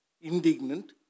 indignant